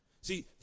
see